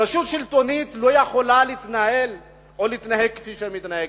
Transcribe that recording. רשות שלטונית לא יכולה להתנהג כפי שהיא מתנהגת.